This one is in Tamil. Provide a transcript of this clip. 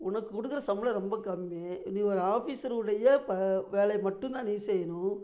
உனக்கு கொடுக்குற சம்பளம் ரொம்ப கம்மி நீ ஒரு ஆஃபீஸர் உடைய ப வேலையை மட்டும் தான் நீ செய்யணும்